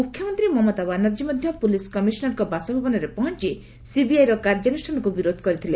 ମୁଖ୍ୟମନ୍ତ୍ରୀ ମମତା ବାନାର୍ଜୀ ମଧ୍ୟ ପ୍ରଲିସ୍ କମିଶନରଙ୍କ ବାସଭବନରେ ପହଞ୍ଚି ସିବିଆଇର କାର୍ଯ୍ୟାନୁଷ୍ଠାନକୁ ବିରୋଧ କରିଥିଲେ